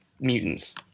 mutants